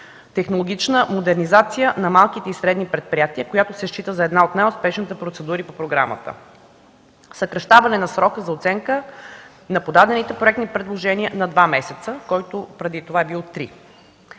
технологична модернизация на малките и средните предприятия, която се счита за една от най-успешните процедури по програмата, съкращаване на срока за оценка на подадените проектни предложения на два месеца, който преди това е бил три.